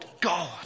God